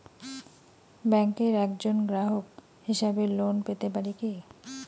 ব্যাংকের একজন গ্রাহক হিসাবে লোন পেতে পারি কি?